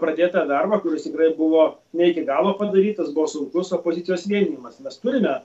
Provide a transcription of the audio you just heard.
pradėtą darbą kuris tikrai buvo ne iki galo padarytas buvo sunkus opozicijos vienijimas mes turime